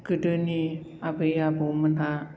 गोदोनि आबै आबौमोनहा